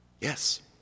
Yes